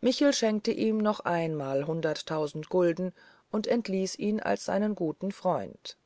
michel schenkte ihm noch einmal hunderttausend gulden und entließ ihn als seinen guten freund